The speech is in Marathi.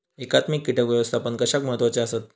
एकात्मिक कीटक व्यवस्थापन कशाक महत्वाचे आसत?